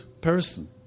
person